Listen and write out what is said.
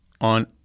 on